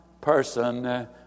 person